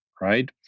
right